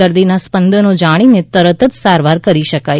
દર્દીના સ્પદંનો જાણીને તરત જ સારવાર કરી શકાય